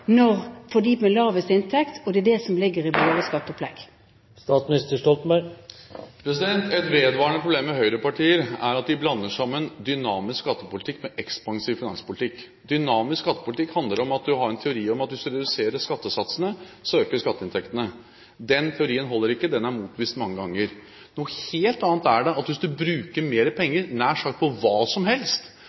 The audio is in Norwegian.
når du sørger for at incentivene til arbeid blir større for dem med lavest inntekt. Det er det som ligger i Høyres skatteopplegg. Et vedvarende problem med høyrepartier er at de blander sammen dynamisk skattepolitikk og ekspansiv finanspolitikk. Dynamisk skattepolitikk handler om en teori om at hvis du reduserer skattesatsene, så øker du skatteinntektene. Den teorien holder ikke, den er motbevist mange ganger. Noe helt annet er det at hvis du bruker mer penger – nær sagt på hva som helst